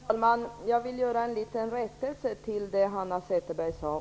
Herr talman! Jag vill göra en liten rättelse av det Hanna Zetterberg sade.